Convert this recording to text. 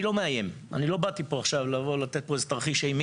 אני לא מאיים, לא באתי לתת פה תרחיש אימים.